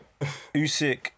Usyk